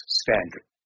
standard